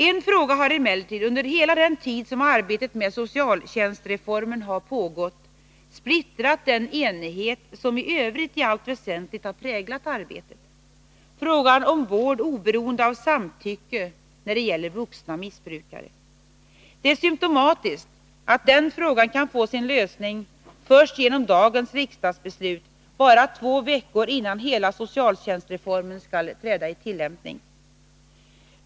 En fråga har emellertid, under hela den tid som arbetet med socialtjänstreformen har pågått, splittrat den enighet som i övrigt i allt väsentligt har präglat arbetet, nämligen frågan om vård oberoende av samtycke när det gäller vuxna missbrukare. Det är symtomatiskt att den frågan kan få sin lösning först genom dagens riksdagsbeslut, bara två veckor innan hela socialtjänstreformen skall träda i tillämpning.